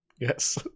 Yes